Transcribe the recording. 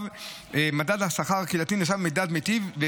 ומדד השכר הקהילתי נחשב למדד מיטיב.